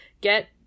get